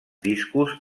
discos